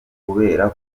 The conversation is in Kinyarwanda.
kubera